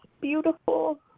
beautiful